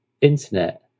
internet